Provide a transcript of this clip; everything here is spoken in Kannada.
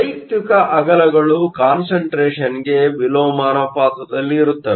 ವೈಯುಕ್ತಿಕ ಅಗಲಗಳು ಕಾನ್ಸಂಟ್ರೇಷನ್Concentrationಗೆ ವಿಲೋಮಾನುಪಾತದಲ್ಲಿರುತ್ತವೆ